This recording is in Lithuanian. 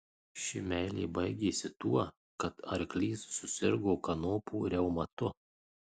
ši meilė baigėsi tuo kad arklys susirgo kanopų reumatu